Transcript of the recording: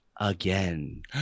again